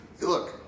Look